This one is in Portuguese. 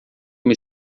uma